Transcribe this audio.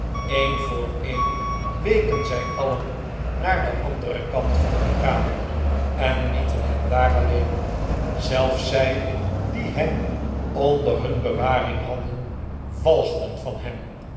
een voor een weken zij alien naar den anderen kant van de kamer en lieten hem daar alleen zelfs zij die hem onder nun bewaring hadden walgden van hem